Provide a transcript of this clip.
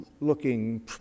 looking